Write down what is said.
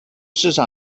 市场